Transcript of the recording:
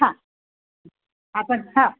हां आपण हां